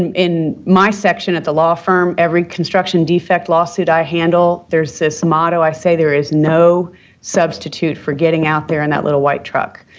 in my section at the law firm, every construction defect lawsuit i handle, there's this motto i say, there is no substitute for getting out there in that little white truck.